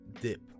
dip